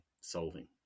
solving